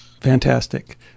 Fantastic